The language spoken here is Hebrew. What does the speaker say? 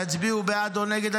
יצביעו בעד או נגד,